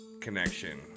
connection